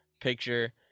picture